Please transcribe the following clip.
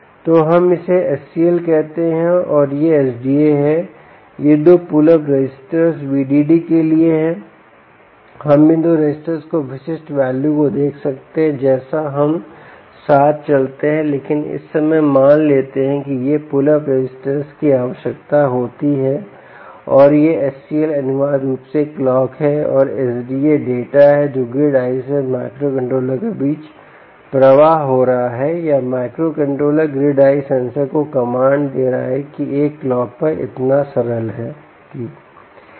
तो हम इसे SCL कहते हैं और यह SDA है ये 2 पुल अप रेसिस्टर्स हैं VDD के लिए हम इन 2 रेसिस्टर्स के विशिष्ट वैल्यू को देख सकते हैं जैसे हम साथ चलते हैं लेकिन इस समय मान लेते हैं कि ये पुल अप रेसिस्टर्स की आवश्यकता होती हैं और यह एससीएल अनिवार्य रूप से क्लॉक है और एसडीए डेटा है जो ग्रिड EYE से माइक्रोकंट्रोलर के बीच प्रवाह हो रहा हो या माइक्रोकंट्रोलर ग्रिड EYE सेंसर को एक कमांड दे रहा है एक क्लॉक पर इतना सरल है कि